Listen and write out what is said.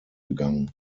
gegangen